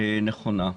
נכונה.